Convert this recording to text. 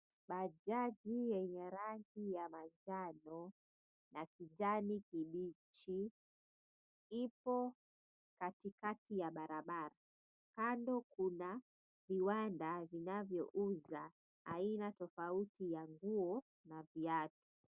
Bajaji yenye rangi ya manjano na kijani kibichi ipo katikati ya barabara. Kando kuna viwanda vinavyouza aina tofauti ya nguo na viatu.